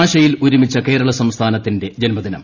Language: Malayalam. ഭാഷയിൽ ഒരുമിച്ച കേരള സംസ്ഥാനത്തിന്റെ ജന്മദിനം